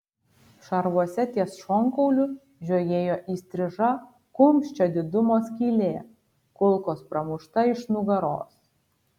šarvuose ties šonkauliu žiojėjo įstriža kumščio didumo skylė kulkos pramušta iš nugaros